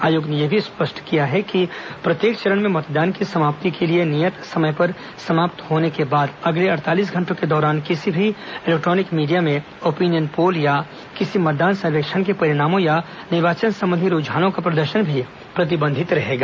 आयोग ने यह भी स्पष्ट किया है कि प्रत्येक चरण में मतदान की समाप्ति के लिए नियत समय पर समाप्त होने के बाद अगले अड़तालीस घंटों के दौरान किसी भी इलेक्ट्रॉनिक मीडिया में ओपिनियन पोल या किसी मतदान सर्वेक्षण के परिणामों या निर्वाचन संबंधी रूझानों का प्रदर्शन भी प्रतिबंधित रहेगा